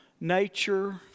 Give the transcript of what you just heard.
nature